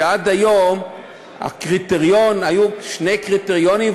שעד היום היו שני קריטריונים,